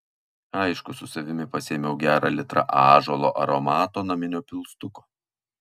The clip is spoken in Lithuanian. aišku su savimi pasiėmiau gerą litrą ąžuolo aromato naminio pilstuko